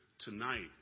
tonight